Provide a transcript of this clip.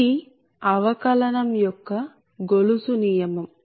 ఇది అవకలనం యొక్క గొలుసు నియమం